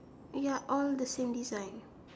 ya all the same design